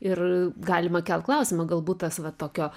ir a galima kelt klausimą galbūt tas va tokio